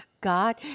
God